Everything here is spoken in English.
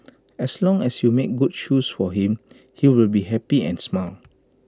as long as you made good shoes for him he would be happy and smile